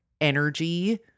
energy